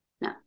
no